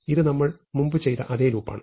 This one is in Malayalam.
ഇത് നമ്മൾ മുമ്പ് ചെയ്ത അതേ ലൂപ്പാണ്